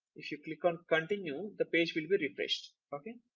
if you click on continue the page will be refreshed okay.